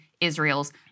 Israel's